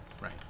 Right